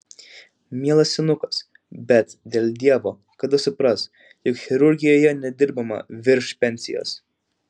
mielas senukas bet dėl dievo kada supras jog chirurgijoje nedirbama virš pensijos